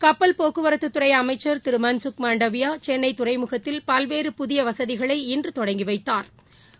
கப்பல் போக்குவரத்துத்துறைஅமைச்சா் திருமன்கக் மண்டாவியாசென்னைதுறைமுகத்தில் பல்வேறு புதியவசதிகளை இன்றுதொடங்கிவைத்தாா்